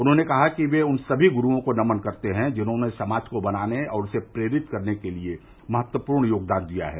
उन्होंने कहा कि वे उन सभी गुरूओं को नमन करते हैं जिन्होंने समाज को बनाने और उसे प्रेरित करने के लिए महत्वपूर्ण योगदान दिया है